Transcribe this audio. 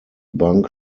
bank